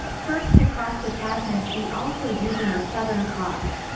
first to cross the tasman sea also using the southern cross.